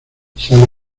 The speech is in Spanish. sale